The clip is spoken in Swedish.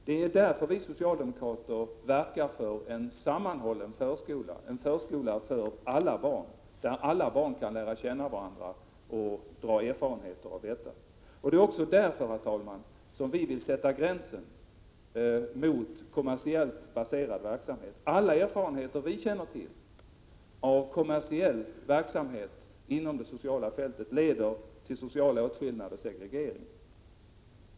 Det är därför vi socialdemokrater verkar för en sammanhållen förskola för alla barn där alla kan lära känna varandra och dra erfarenheter. Det är också därför, herr talman, som vi vill sätta gränser mot kommersiellt baserad verksamhet. Alla de erfarenheter vi har av kommersiell verksamhet inom det sociala fältet har lett till social åtskillnad och segregering.